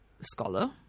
scholar